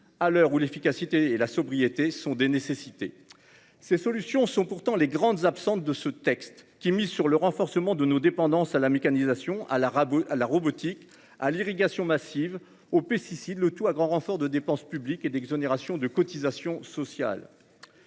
À l'heure où l'efficacité et la sobriété sont des nécessités. Ces solutions sont pourtant les grandes absentes de ce texte qui mise sur le renforcement de nos dépendances à la mécanisation à la radio à la robotique à l'irrigation massive aux pesticides. Le tout à grand renfort de dépenses publiques et d'exonérations de cotisations sociales.